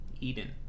Eden